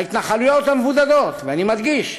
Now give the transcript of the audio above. ההתנחלויות המבודדות, ואני מדגיש: